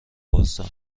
وارسا